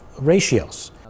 ratios